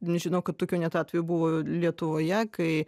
žinau kad tokių net atvejų buvo lietuvoje kai